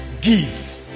give